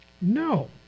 No